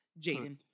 Jaden